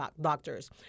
doctors